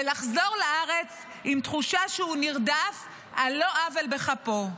ולחזור לארץ עם תחושה שהוא נרדף על לא עוול בכפו.